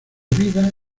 vida